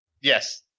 Yes